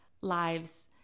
lives